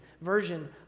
version